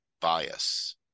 bias